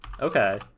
Okay